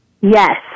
Yes